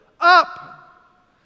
up